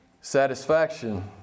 satisfaction